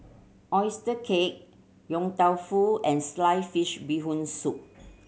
oyster cake Yong Tau Foo and sliced fish Bee Hoon Soup